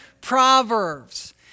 proverbs